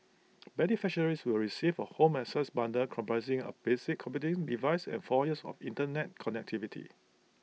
beneficiaries will receive A home access bundle comprising A basic computing device and four years of Internet connectivity